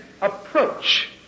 approach